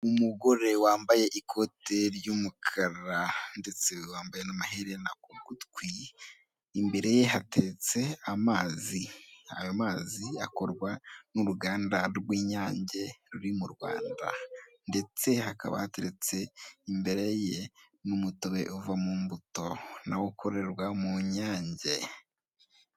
Umugore wambaye ikote ry'umukara ndetse wambaye n'amaherena ku gutwi imbere ye hateretse amazi ayo mazi akorwa n'uruganda rw'inyange ruri mu Rwanda ndetse hakaba hateretse imbere ye n'umutobe uva mu mbuto nawo ukorerwa mu Nyange .